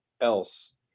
else